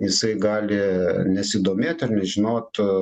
jisai gali nesidomėt ir nežinot